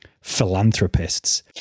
philanthropists